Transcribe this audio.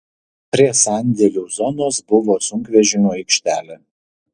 prie sandėlių zonos buvo sunkvežimių aikštelė